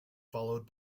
followed